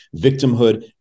victimhood